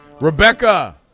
Rebecca